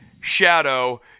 Shadow